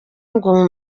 ngo